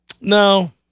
No